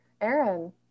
aaron